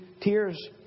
tears